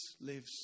lives